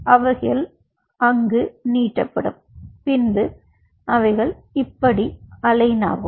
அவர்கள் அவை நீட்டப்படும் பின்பு அவைகள் இப்படி அலைன் ஆகும்